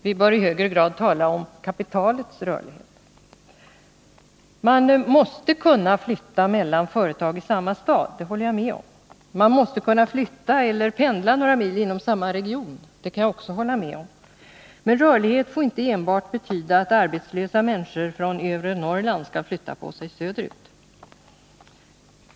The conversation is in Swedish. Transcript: Vi bör i högre grad tala om kapitalets rörlighet. Man måste kunna flytta mellan företag i samma stad, det håller jag med om. Man måste kunna flytta eller pendla några mil inom samma region, det kan jag också hålla med om. Men rörlighet får inte enbart betyda att arbetslösa människor från övre Norrland skall flytta söderut.